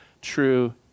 true